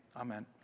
Amen